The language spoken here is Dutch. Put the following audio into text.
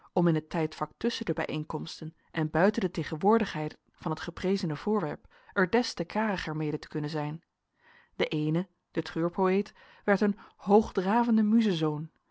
om in het tijdvak tusschen de bijeenkomsten en buiten de tegenwoordigheid van het geprezene voorwerp er des te kariger mede te kunnen zijn de eene de treurpoëet werd een hoogdravende muzenzoon